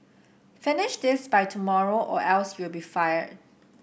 finish this by tomorrow or else you'll be fired